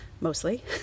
mostly